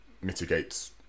mitigates